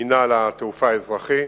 מינהל התעופה האזרחי,